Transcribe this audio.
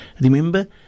Remember